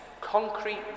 concrete